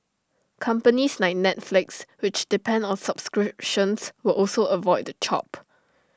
companies like Netflix which depend on subscriptions will also avoid the chop